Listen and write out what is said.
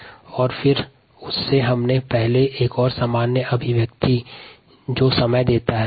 यहाँ समय के लिए एक सामान्य अभिव्यक्ति है